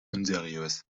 unseriös